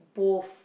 both